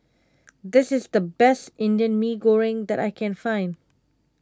this is the best Indian Mee Goreng that I can find